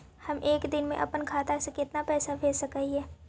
हम एक दिन में अपन खाता से कितना पैसा भेज सक हिय?